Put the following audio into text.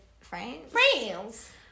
Friends